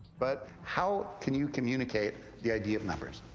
but how can you communicate the idea of numbers?